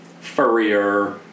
furrier